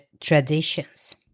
traditions